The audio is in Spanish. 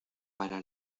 para